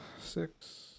six